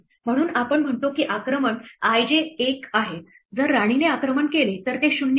म्हणून आपण म्हणतो की आक्रमण i j 1 आहे जर राणीने आक्रमण केले तर ते 0 आहे